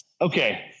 Okay